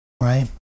Right